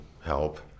help